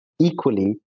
equally